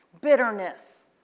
Bitterness